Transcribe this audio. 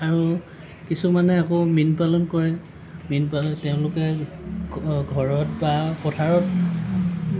আকৌ কিছুমানে আকৌ মীনপালন কৰে মীনপালন তেওঁলোকে ঘৰত বা পথাৰত